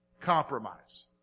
compromise